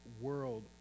world